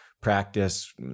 practice